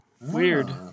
Weird